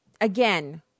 again